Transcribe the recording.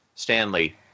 Stanley